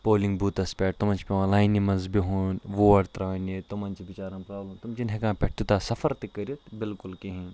polling booths پیٚٹھ تمَن چھُ پیٚوان لاینہِ مَنٛز بِہُن ووٹ تراونہ تمَن چھِ بِچارن پروبلَم تم چھِنہٕ ہیٚکان پیٚٹھٕ تیٚوٗتاہ سَفَر تہٕ کٔرِتھ بِلکُل کہِیٖنۍ